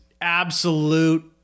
absolute